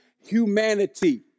humanity